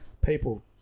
people